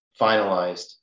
finalized